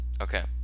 Okay